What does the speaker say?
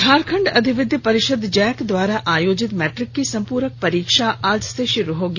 झारखंड अधिविद्य परिषद जैक द्वारा आयोजित मैट्रिक की संप्रक परीक्षा आज से शुरू होगी